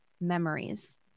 memories